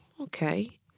okay